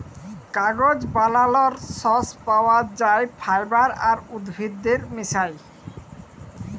কাগজ বালালর সর্স পাউয়া যায় ফাইবার আর উদ্ভিদের মিশায়